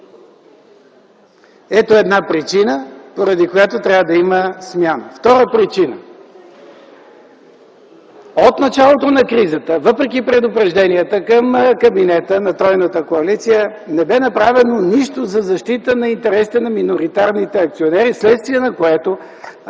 Ето една причина, поради която трябва да има смяна. Втора причина. От началото на кризата, въпреки предупрежденията към кабинета на тройната коалиция, не бе направено нищо за защита на интересите на миноритарните акционери, вследствие на което